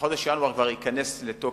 בחודש ינואר כבר ייכנס לתוקף.